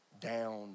down